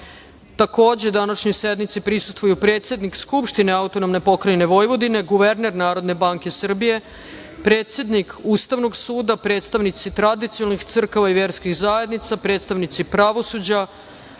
Vlade. Takođe, današnjoj sednici prisustvuju i predsednik Skupštine AP Vojvodine, guverner Narodne banke Srbije, predsednik Ustavnog suda, predstavnici tradicionalnih crkava i verskih zajednica, predstavnici pravosuđa,